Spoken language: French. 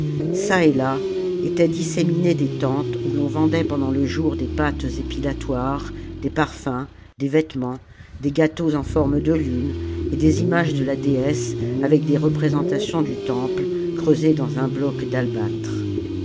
çà et là étaient disséminées des tentes oii l'on vendait pendant le jour des pâtes épilatoires des parfums des vêtements des gâteaux en forme de lune et des imaores de la déesse avec des représentations du temple creusées dans un bloc d'albâtre